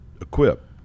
equipped